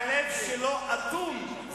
והלב שלו אטום,